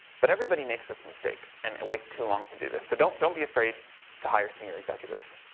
but everybody makes this mistake and and waits to long to do this, so don't, don't be afraid to hire senior executives.